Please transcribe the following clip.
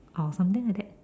or something like that